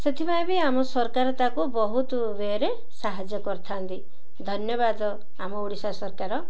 ସେଥିପାଇଁ ବି ଆମ ସରକାର ତା'କୁ ବହୁତ ୱେ'ରେ ସାହାଯ୍ୟ କରିଥାନ୍ତି ଧନ୍ୟବାଦ ଆମ ଓଡ଼ିଶା ସରକାର